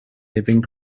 living